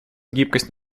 гибкость